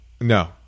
No